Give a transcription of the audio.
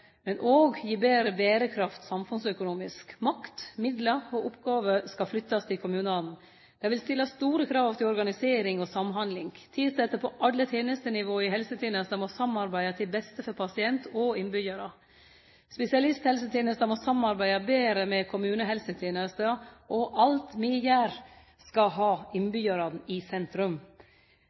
men vil òg gi betre berekraft samfunnsøkonomisk. Makt, midlar og oppgåver skal flyttast til kommunane. Det vil stille store krav til organisering og samhandling. Tilsette på alle tenestenivå i helsetenesta må samarbeide til beste for pasient og innbyggjar. Spesialisthelsetenesta må samarbeide betre med kommunehelsetenesta. Alt me gjer, skal ha innbyggjarane i sentrum.